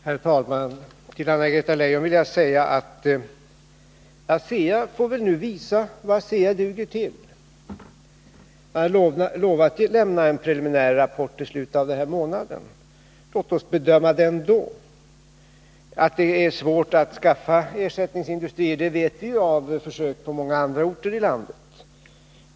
Herr talman! ASEA får väl nu visa, Anna-Greta Leijon, vad det duger till. Man har lovat att lämna en preliminär rapport i slutet av denna månad. Att det är svårt att skapa ersättningsindustri vet vi efter försök som har gjorts på andra orter i landet.